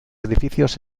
edificios